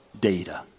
data